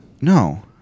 No